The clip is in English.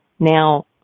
Now